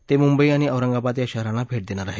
ते मुंबई आणि औरंगाबाद या शहरांना भे देणार आहेत